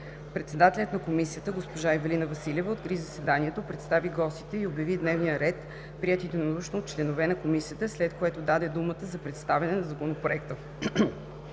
Председателят на Комисията госпожа Ивелина Василева откри заседанието, представи гостите и обяви дневния ред, приет единодушно от членовете на Комисията, след което даде думата за представяне на Законопроекта.